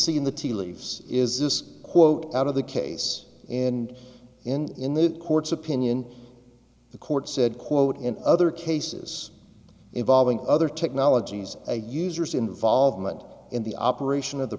leaves is this quote out of the case and in in the court's opinion the court said quote in other cases involving other technologies a user's involvement in the operation of the